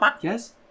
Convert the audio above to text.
Yes